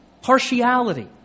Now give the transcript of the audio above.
Partiality